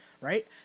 right